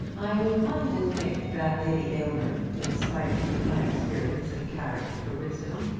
i am inclined to think that lady aylmer, in spite of her high experience and character for wisdom,